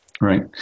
Right